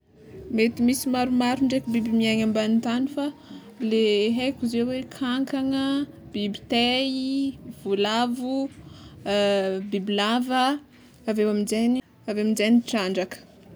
Mety misy maromaro ndraiky biby miaina ambany tany, le aiko zao i kankana, biby tay, valavo, bibilava, aveo aminjegny, aveo aminjegny trandraka.